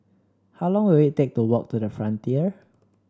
how long will it take to walk to the Frontier